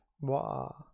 Wow